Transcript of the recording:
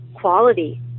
quality